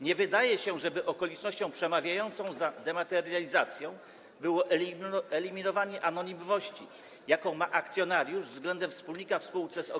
Nie wydaje się, żeby okolicznością przemawiającą za dematerializacją było eliminowanie anonimowości, jaką ma akcjonariusz wobec wspólnika w spółce z o.o.